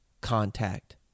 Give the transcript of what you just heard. contact